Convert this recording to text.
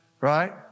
right